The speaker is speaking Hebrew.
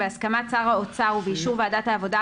בהסכמת שר האוצר ובאישור ועדת העבודה,